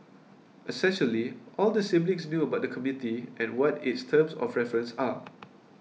essentially all the siblings knew about the committee and what its terms of reference are